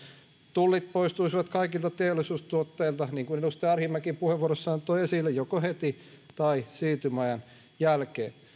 tullit poistuisivat kaikilta teollisuustuotteilta niin kuin edustaja arhinmäki puheenvuorossaan toi esille joko heti tai siirtymäajan jälkeen